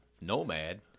nomad